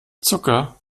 zucker